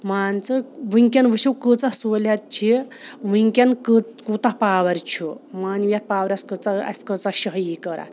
مان ژٕ وٕنۍکٮ۪ن وٕچھِو کۭژاہ سہوٗلیت چھِ وٕنۍکٮ۪ن کوٗتاہ پاوَر چھُ وۄنۍ یَتھ پاورَس کۭژاہ اَسہِ کۭژاہ شٲہی کٔر اَتھ